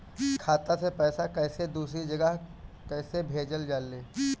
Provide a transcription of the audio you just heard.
खाता से पैसा कैसे दूसरा जगह कैसे भेजल जा ले?